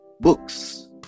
books